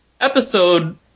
episode